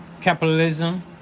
Capitalism